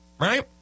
right